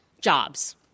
jobs